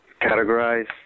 categorize